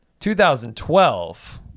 2012